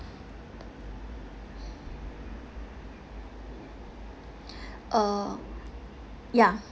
uh ya